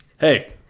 hey